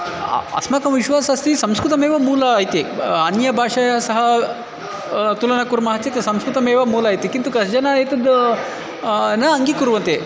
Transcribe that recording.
अस्माकं विश्वासः अस्ति संस्कृतमेव मूलम् इति अन्यभाषया सह तुलनां कुर्मः चेत् संस्कृतमेव मूलम् इति किन्तु कश्चन एतत् न अङ्गीकुर्वन्ति